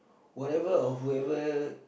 whatever or whoever